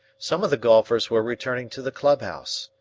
some of the golfers were returning to the club-house.